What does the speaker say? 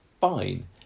Fine